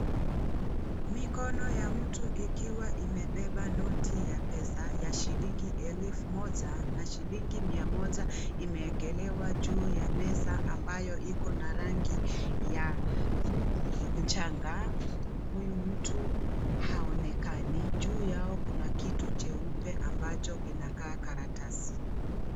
Mikono ya mtu ikiwa imebeba noti ya pesa ya shilingi elfu moja na shilingi Mia moja, imewekelewa juu ya meza ambayo iko na rangi ya mchanga ,huyu mtu haonekani, juu yao kuna kitu jeupe ambacho kinakaa karatasi.